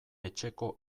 etxeko